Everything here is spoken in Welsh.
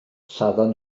lladdon